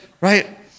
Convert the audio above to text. right